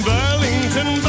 Burlington